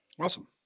Awesome